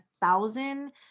thousand